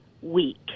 week